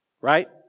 Right